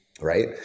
right